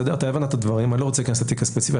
אני לא רוצה להיכנס לתיק הספציפי,